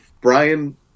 Brian